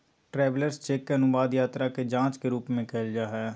travellers cheque के अनुवाद यात्रा के जांच के रूप में कइल जा हइ